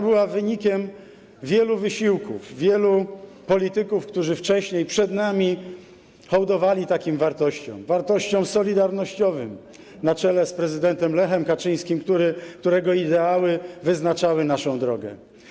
Była wynikiem wielu wysiłków wielu polityków, którzy wcześniej przed nami hołdowali takim wartościom, wartościom solidarnościowym, na czele z prezydentem Lechem Kaczyńskim, którego ideały wyznaczały naszą drogę.